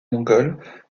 mongols